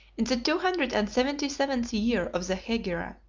in the two hundred and seventy-seventh year of the hegira,